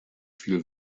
viel